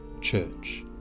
Church